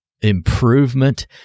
improvement